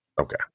Okay